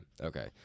okay